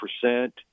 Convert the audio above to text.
percent